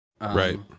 Right